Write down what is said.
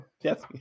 Yes